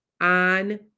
on